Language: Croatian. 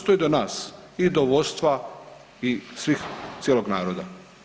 To je do nas i do vodstva i svih cijelog naroda.